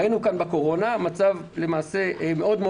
ראינו בקורונה מצב קשה מאוד,